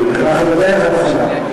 אנחנו בדרך הנכונה.